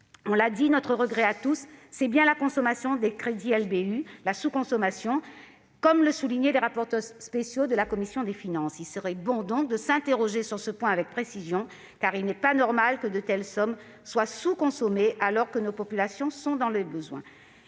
outre-mer ? Notre regret à tous vient bien de la sous-consommation des crédits LBU, comme le soulignaient les rapporteurs spéciaux de la commission des finances. Il conviendrait de s'interroger sur ce point avec précision, car il n'est pas normal que de telles sommes soient sous-consommées, alors que nos populations sont dans le besoin.